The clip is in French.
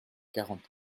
quarante